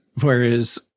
Whereas